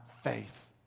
faith